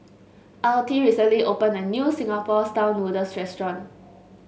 Altie recently opened a new Singapore style noodles restaurant